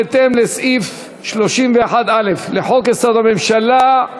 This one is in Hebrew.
בהתאם לסעיף 31(א) לחוק-יסוד: הממשלה,